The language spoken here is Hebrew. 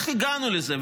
איך הגענו לזה?